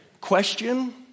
Question